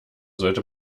sollte